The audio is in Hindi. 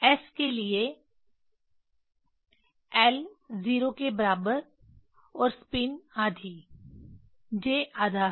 s के लिए l एल 0 के बराबर और स्पिन आधी j आधा है